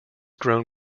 grown